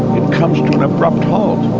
it comes to an abrupt halt.